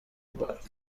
بدهد